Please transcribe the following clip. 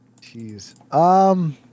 jeez